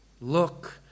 Look